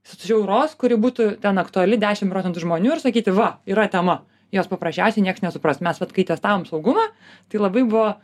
siauros kuri būtų ten aktuali dešimt procentų žmonių ir sakyti va yra tema jos paprasčiausiai nieks nesupras mes vat kai testavom saugumą tai labai buvo